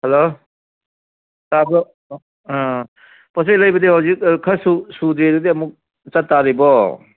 hello ꯇꯥꯕ꯭ꯔꯣ ꯑꯥ ꯄꯣꯠ ꯆꯩ ꯂꯩꯕꯗꯤ ꯍꯧꯖꯤꯛ ꯑꯥ ꯈꯔ ꯁꯨꯗ꯭ꯔꯤ ꯑꯗꯨꯗꯤ ꯑꯃꯨꯛ ꯆꯠꯇꯔꯤꯕꯣ